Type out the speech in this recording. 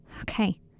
Okay